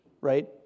right